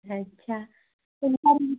अच्छा